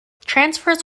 transfers